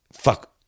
fuck